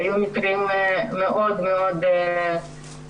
היו מקרים מאוד מאוד קשים,